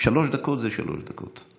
שלוש דקות זה שלוש דקות.